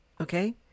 okay